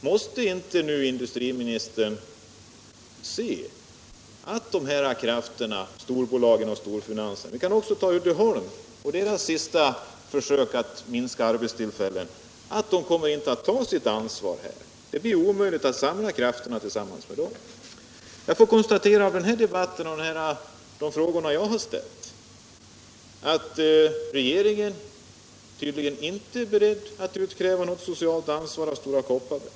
Inser nu inte industriministern att det är omöjligt att samla krafterna tillsammans med storbolagen och storfinansen? Se t.ex. Uddeholms senaste försök att minska arbetstillfällena. Man kommer inte att ta sitt ansvar. Jag konstaterar av den här debatten, när det gäller de frågor jag har ställt, att regeringen tydligen inte är beredd att utkräva något socialt ansvar av Stora Kopparberg.